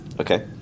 Okay